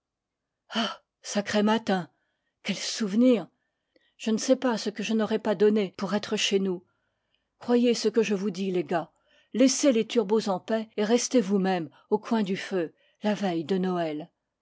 ah sacré mâtin quel souvenir je ne sais pas ce que je n'aurais pas donne pour être chez nous croyez ce que je vous dis les gars laissez les turbots en paix et restez vous-mêmes au coin du feu la veille de noël